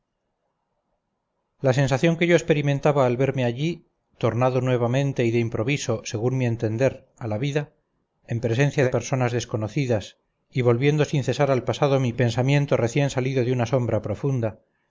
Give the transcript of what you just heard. la sensación que yo experimentaba al verme allí tornado nuevamente y de improviso según mi entender a la vida en presencia de personas desconocidas y volviendo sin cesar al pasado mi pensamiento recién salido de una sombra profunda